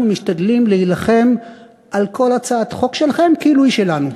אנחנו משתדלים להילחם על כל הצעת חוק שלכם כאילו היא שלנו.